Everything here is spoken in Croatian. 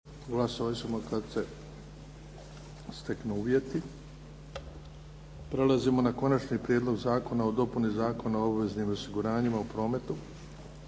uvjeti. **Bebić, Luka (HDZ)** Prelazimo na Konačni prijedlog zakona o dopuni Zakona o obveznim osiguranjima u prometu.